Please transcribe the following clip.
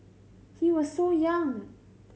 he was so young